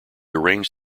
arranged